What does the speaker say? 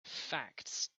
facts